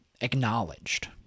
acknowledged